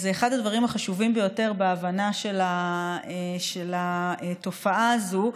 זה אחד הדברים החשובים ביותר בהבנה של התופעה הזאת.